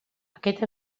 aquest